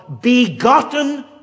begotten